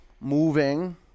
moving